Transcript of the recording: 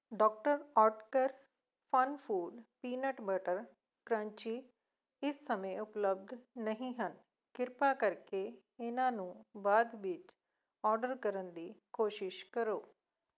doctor Oetker Funfood peanut butter crunchy ਇਸ ਸਮੇਂ ਉਪਲੱਬਧ ਨਹੀਂ ਹਨ ਕ੍ਰਿਪਾ ਕਰਕੇ ਇਹਨਾਂ ਨੂੰ ਬਾਅਦ ਵਿੱਚ ਔਡਰ ਕਰਨ ਦੀ ਕੋਸ਼ਿਸ਼ ਕਰੋ